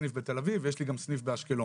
סניף בתל אביב ויש לי גם סניף באשקלון.